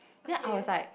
okay